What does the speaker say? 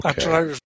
Okay